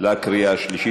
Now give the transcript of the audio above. לקריאה השלישית.